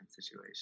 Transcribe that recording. situation